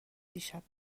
دیشب